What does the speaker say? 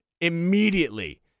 immediately